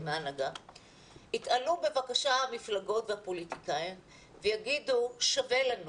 יתעלו בבקשה המפלגות והפוליטיקאים ויגידו: שווה לנו